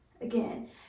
again